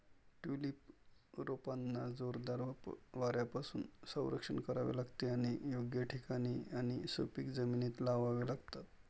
tulip रोपांना जोरदार वाऱ्यापासून संरक्षण करावे लागते आणि योग्य ठिकाणी आणि सुपीक जमिनीत लावावे लागते